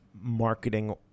marketing